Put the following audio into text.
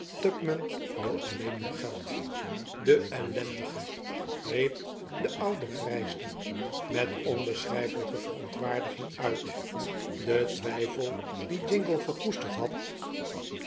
wil alleen uw geld de ellendige riep de oude vrijster met oubeschrijfelijke verontwaardiging uit de twijfel dien jingle gekoesterd had